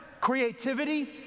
creativity